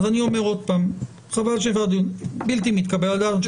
אני אומר שזה בלתי מתקבל על הדעת.